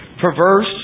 Perverse